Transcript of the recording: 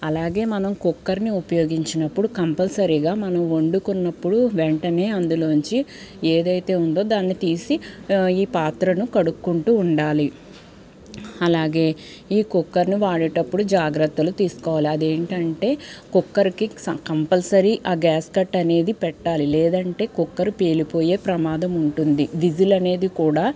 అలాగే మనం కుక్కర్ని ఉపయోగించినప్పుడు కంపల్సరిగా మనం వండుకున్నప్పుడు వెంటనే అందులోంచి ఏదైతే ఉందో దాన్ని తీసి ఈ పాత్రను కడుక్కుంటూ ఉండాలి అలాగే ఈ కుక్కర్ని వాడేటప్పుడు జాగ్రత్తలు తీసుకోవాలి అదేంటంటే కుక్కర్కి కంపల్సరీ ఆ గ్యాస్కట్ అనేది పెట్టాలి లేదంటే కుక్కర్ పేలిపోయే ప్రమాదం ఉంటుంది విజిల్ అనేది కూడా